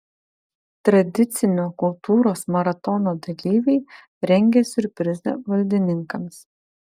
tradicinio kultūros maratono dalyviai rengia siurprizą valdininkams